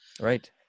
right